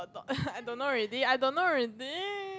I don't know already I don't know already